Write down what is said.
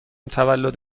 تولد